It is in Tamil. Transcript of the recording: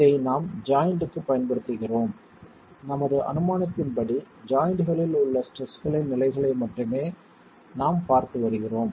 இதை நாம் ஜாய்ண்ட்க்கு பயன்படுத்துகிறோம் நமது அனுமானத்தின்படி ஜாய்ண்ட்களில் உள்ள ஸ்ட்ரெஸ்களின் நிலைகளை மட்டுமே நாம் பார்த்து வருகிறோம்